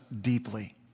deeply